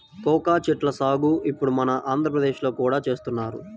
cocoa చెట్ల సాగు ఇప్పుడు మన ఆంధ్రప్రదేశ్ లో కూడా చేస్తున్నారు